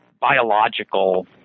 biological